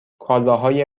کالاهای